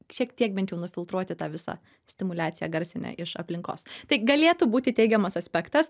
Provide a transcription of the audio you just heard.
šiek tiek bent jau nufiltruoti tą visą stimuliaciją garsinę iš aplinkos tai galėtų būti teigiamas aspektas